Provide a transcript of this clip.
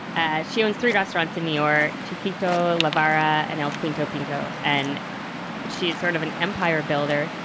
ah she owns three restaurants in new york txikito, la vara and el quinto pino. and she's sort of an empire-builder,